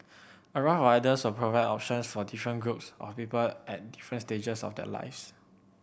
a raft of ideas will provide options for different groups of people at different stages of their lives